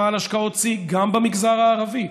שמע על השקעות שיא גם במגזר הערבי,